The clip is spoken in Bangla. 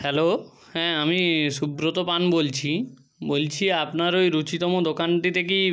হ্যালো হ্যাঁ আমি সুব্রত পান বলছি বলছি আপনার ওই রুচিতম দোকানটিতে কি